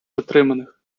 затриманих